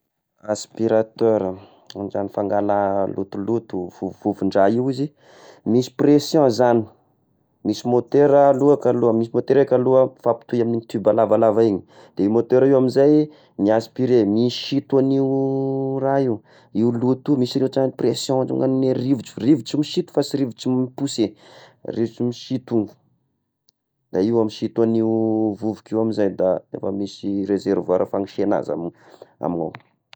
Aspirateur, ohatrany fangala lotoloto vovovon-draha io izy, misy pression zagny, misy môtera aloha kalo, misy môtera kalo mifampitoy amy tube lavalava igny de io môtera io amy izay mi-aspirer misinto an'io raha io, io loto misy rehetra ny pression, ny rivotry, rivotry misito fa sy rivotra mi-pousser, rivotry misito io, da io misoto an'io vovoka io amy izay da efa misy reservoir fagnasiagna azy amy amigny ao.